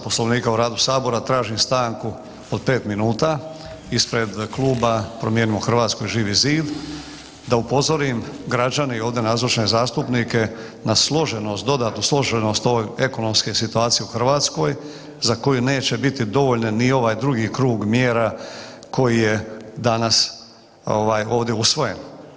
Poslovnika o radu Sabora tražim stanku od 5 minuta ispred kluba Promijenimo Hrvatsku i Živi zid da upozorim građane i ovdje nazočne zastupnike na složenost, dodatnu složenost ove ekonomske situacije u Hrvatskoj za koje neće biti dovoljan ni ovaj drugi krug mjera koji je danas ovdje usvojen.